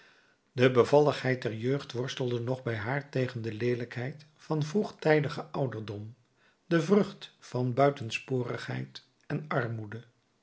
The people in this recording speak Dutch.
de bevalligheid der jeugd worstelde nog bij haar tegen de leelijkheid van vroegtijdigen ouderdom de vrucht van buitensporigheid en armoede